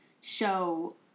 show